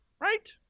Right